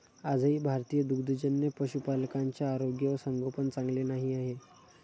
आजही भारतीय दुग्धजन्य पशुपालकांचे आरोग्य व संगोपन चांगले नाही आहे